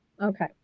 Okay